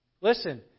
Listen